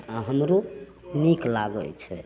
हँ हमरो नीक लागय छै